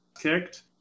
kicked